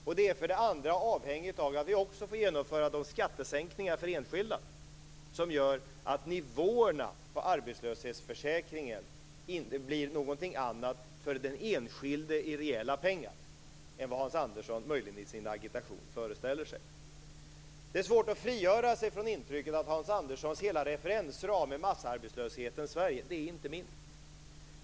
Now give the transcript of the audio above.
För det andra är det också avhängigt av att vi också får genomföra de skattesänkningar för enskilda som gör att nivåerna på arbetslöshetsförsäkringen inte blir någonting annat för den enskilde i reella pengar än vad Hans Andersson möjligen föreställer sig i sin agitation. Det är svårt att frigöra sig från intrycket att Hans Anderssons hela referensram med massarbetslöshetens Sverige inte är min.